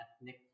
ethnic